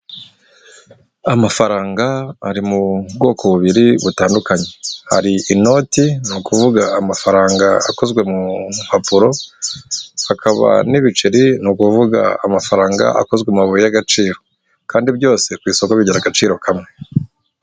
Amafaranga ari mu bwoko bubiri butandukanye, hari inoti ni ukuvuga amafaranga akozwe mu mpapuro hakaba n'ibiceri ni ukuvuga amafaranga akozwe amabuye y'agaciro, kandi byose ku isoko bigira agaciro kamwe.